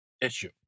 issue